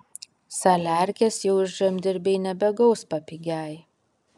saliarkės jau žemdirbiai nebegaus papigiaj